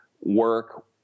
work